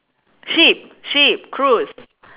ship ship cruise